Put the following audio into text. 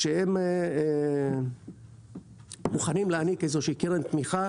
שהם מוכנים להעניק איזושהי קרן תמיכה